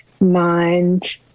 mind